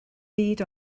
byd